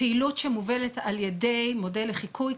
פעילות שמובלת על ידי מודל לחיקוי,